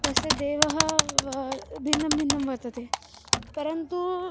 तस्य देवः भिन्नं भिन्नं वर्तते परन्तु